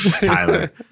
Tyler